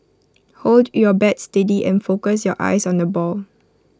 hold your bat steady and focus your eyes on the ball